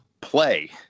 play